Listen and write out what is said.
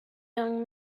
young